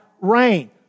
rain